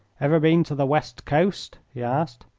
ever been to the west coast? he asked.